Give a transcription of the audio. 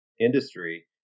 industry